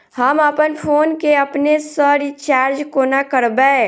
हम अप्पन फोन केँ अपने सँ रिचार्ज कोना करबै?